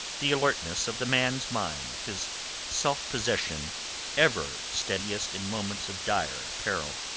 the alertness of the man's mind, his self-possession ever steadiest in moments of dire peril.